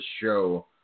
show